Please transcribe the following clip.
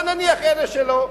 אבל נניח אלה שלא,